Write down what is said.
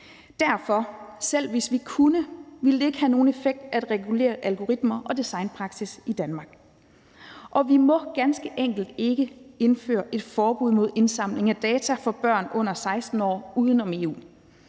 ikke, selv hvis vi kunne, have nogen effekt at regulere algoritmer og designpraksis i Danmark. Og vi må ganske enkelt ikke indføre et forbud mod indsamling af data for børn under 16 år uden om EU,